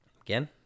again